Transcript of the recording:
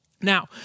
Now